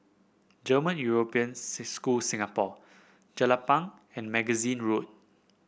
German European School Singapore Jelapang and Magazine Road